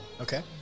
Okay